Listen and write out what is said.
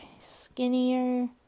skinnier